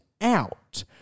out